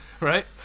right